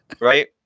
right